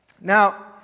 now